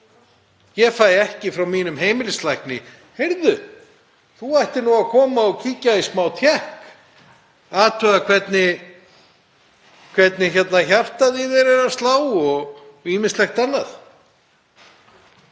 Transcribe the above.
orðsendingu frá mínum heimilislækni: Heyrðu, þú ættir nú að koma og kíkja í smá tékk, athuga hvernig hjartað í þér er að slá og ýmislegt annað.